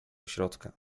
środka